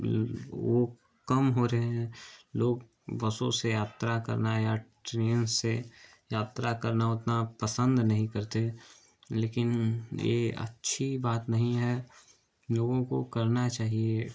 वो कम हो रहे हैं लोग बसों से यात्रा करना या ट्रेन से यात्रा करना उतना पसंद नहीं करते लेकिन ये अच्छी बात नही है लोगों को करना चाहिए